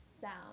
sound